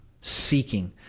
seeking